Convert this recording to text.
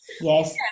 Yes